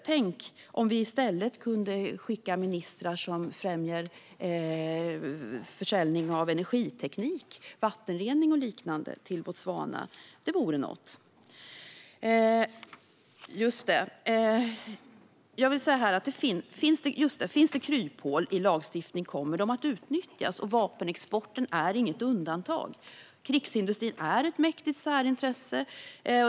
Tänk om vi i stället kunde skicka ministrar som främjar försäljning till Botswana av energiteknik, vattenrening och liknande! Det vore något! Finns det kryphål i lagstiftningen kommer de att utnyttjas. Vapenexporten är inget undantag. Krigsindustrin är ett mäktigt särintresse.